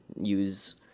use